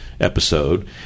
episode